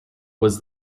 was